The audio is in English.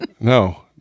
No